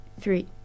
three